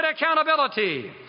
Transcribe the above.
accountability